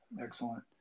excellent